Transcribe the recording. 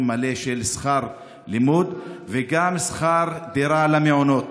מלא של שכר לימוד וגם של שכר דירה למעונות.